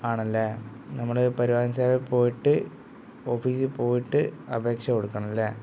ആണല്ലേ നമ്മൾ പരിവാഹൻ സേവയിൽ പോയിട്ട് ഓഫീസിൽ പോയിട്ട് അപേക്ഷ കൊടുക്കണമല്ലേ